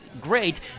great